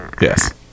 yes